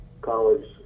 college